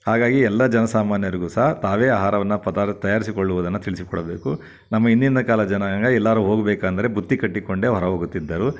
ಹಾಗಾಗಿ ಎಲ್ಲ ಜನಸಾಮಾನ್ಯರಿಗೂ ಸಹ ತಾವೇ ಆಹಾರವನ್ನು ಪದಾರ್ಥ ತಯಾರ್ಸಿಕೊಳ್ಳುವುದನ್ನ ತಿಳಿಸಿಕೊಡಬೇಕು ನಮ್ಮ ಹಿಂದಿನ್ದ ಕಾಲದ ಜನಾಂಗ ಎಲ್ಲಾದ್ರು ಹೋಗ್ಬೇಕಂದ್ರೆ ಬುತ್ತಿ ಕಟ್ಟಿಕೊಂಡೇ ಹೊರ ಹೋಗುತ್ತಿದ್ದರು